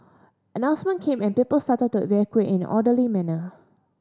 announcement came and people started to evacuate in an orderly manner